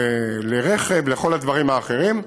לרכב, לכל הדברים האחרים,